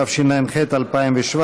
התשע"ח 2017,